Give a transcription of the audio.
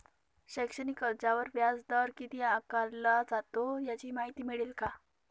शैक्षणिक कर्जावर व्याजदर किती आकारला जातो? याची माहिती मिळेल का?